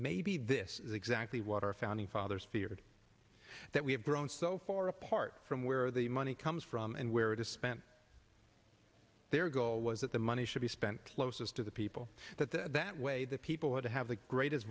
maybe this is exactly what our founding fathers feared that we have grown so far apart from where the money comes from and where it is spent their goal was that the money should be spent closest to the people that the that way the people would have the greatest